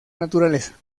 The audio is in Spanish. naturaleza